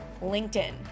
LinkedIn